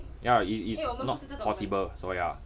ya it it's not possible so ya